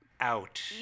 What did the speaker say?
out